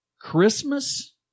Christmas